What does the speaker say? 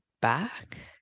back